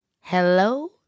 hello